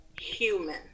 human